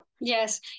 Yes